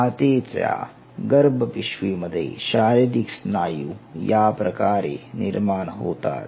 मातेच्या गर्भ पिशवी मध्ये शारीरिक स्नायू याप्रकारे निर्माण होतात